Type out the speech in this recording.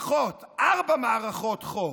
לפחות ארבע מערכות חוק,